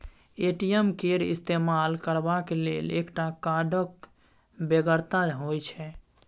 ATM केर इस्तेमाल करबाक लेल एकटा कार्डक बेगरता होइत छै